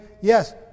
Yes